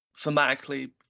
thematically